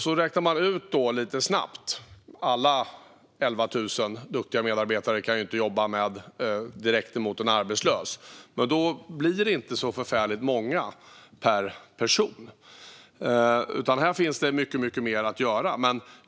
Då kan man lite snabbt räkna ut att alla de duktiga medarbetarna inte kan jobba direkt mot en arbetslös. Det blir inte så förfärligt många per person, utan här finns det mycket mer att göra.